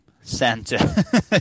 Santa